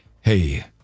hey